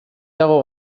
dago